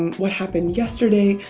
what happened yesterday,